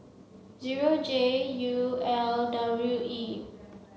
zero J U L W E